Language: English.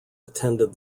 attended